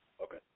Okay